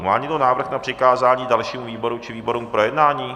Má někdo návrh na přikázání dalšímu výboru či výborům k projednání?